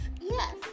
Yes